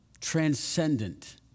transcendent